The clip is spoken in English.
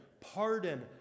pardon